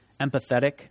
empathetic